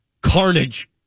Carnage